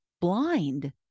blind